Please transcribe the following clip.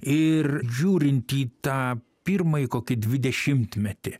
ir žiūrint į tą pirmąjį kokį dvidešimtmetį